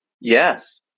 Yes